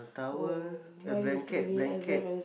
towel a blanket blanket